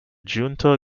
junta